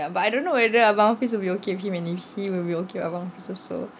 but I don't know whether abang hafiz will be okay with him and if he will be okay with abang hafiz also